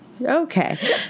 Okay